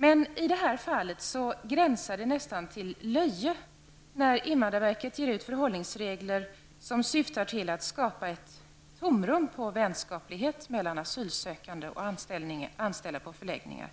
Men i det här fallet gränsar det nästan till löje när invandrarverket ger ut förhållningsregler som syftar till att skapa ett tomrum på vänskaplighet mellan asylsökande och anställda på förläggningen.